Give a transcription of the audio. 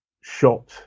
shot